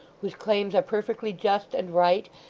whose claims are perfectly just and right,